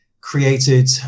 created